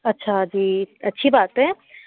अच्छा जी अच्छी बात है